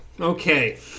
Okay